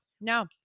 No